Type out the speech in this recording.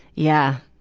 yeah.